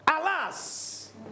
alas